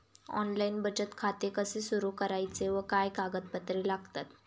Online बचत खाते कसे सुरू करायचे व काय कागदपत्रे लागतात?